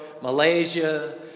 Malaysia